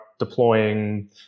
deploying